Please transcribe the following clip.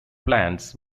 plants